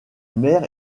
mer